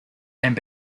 and